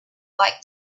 like